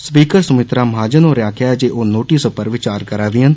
speaker Sumitra Mahajan होरें आक्खेआ ओ नोटिस पर विचार करै दियां न